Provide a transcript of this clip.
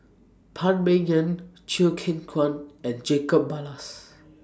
Phan Ming Yen Chew Kheng Chuan and Jacob Ballas